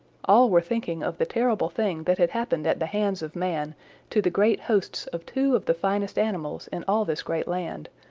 all were thinking of the terrible thing that had happened at the hands of man to the great hosts of two of the finest animals in all this great land,